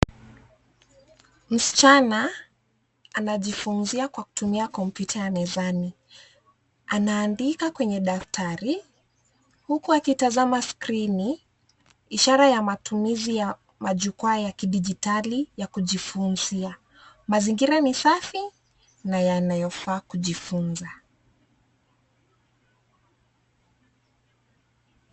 Msichana anajifunzia kwa kutumia kompyuta ya mezani. Anaandika kwenye daftari huku akitazama skrini, ishara ya matumizi ya majukwaa ya kidijitali ya kujifunzia. Mazingira ni safi na yanayofaa kujifunza.